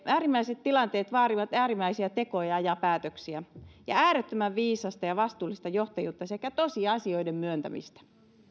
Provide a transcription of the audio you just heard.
äärimmäiset tilanteet vaativat äärimmäisiä tekoja ja päätöksiä ja äärettömän viisasta ja vastuullista johtajuutta sekä tosiasioiden myöntämistä